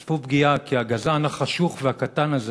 צפו פגיעה, כי הגזען החשוך והקטן הזה